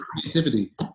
creativity